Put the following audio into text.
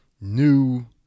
new